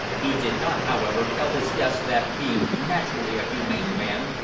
he did not, however, tell his guests that being naturally a humane man,